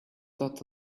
that